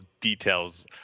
details